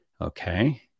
Okay